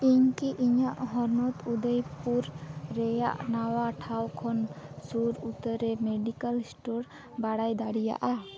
ᱤᱧ ᱠᱤ ᱤᱧᱟᱹᱜ ᱦᱚᱱᱚᱛ ᱩᱫᱚᱭᱯᱩᱨ ᱨᱮᱭᱟᱜ ᱱᱟᱣᱟ ᱴᱷᱟᱶ ᱠᱷᱚᱱ ᱥᱩᱨ ᱩᱛᱟᱹᱨ ᱢᱮᱰᱤᱠᱮᱞ ᱥᱴᱳᱨ ᱵᱟᱲᱟᱭ ᱫᱟᱲᱮᱭᱟᱜᱼᱟ